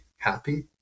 Happy